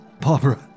Barbara